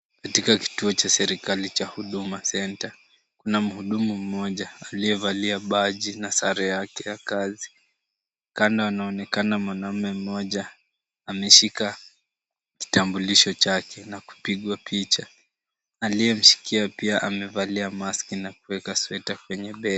Katika kituo cha serikali cha Huduma Centre, kuna mhudumu mmoja aliyevalia baji na sare yake ya kazi. Kando anaonekana mwanamume mmoja ameshika kitambulisho chake na kupigwa picha. Aliyemshikia pia amevalia maski na kuweka sweta kwenye bega.